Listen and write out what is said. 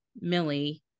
Millie